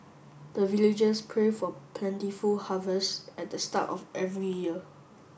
the villagers pray for plentiful harvest at the start of every year